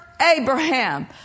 Abraham